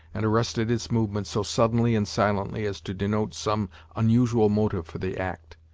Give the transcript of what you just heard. and arrested its movement so suddenly and silently as to denote some unusual motive for the act.